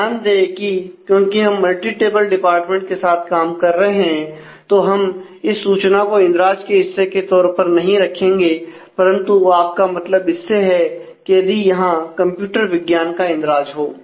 ध्यान दें कि क्योंकि हम मल्टी टेबल डिपार्टमेंट के साथ काम कर रहे हैं तो हम इस सूचना को रिकॉर्ड के हिस्से के तौर पर नहीं रखेंगे परंतु आपका मतलब इससे है कि यदि यहां कंप्यूटर विज्ञान का इंद्राज हो